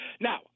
Now